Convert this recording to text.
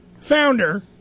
Founder